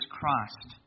Christ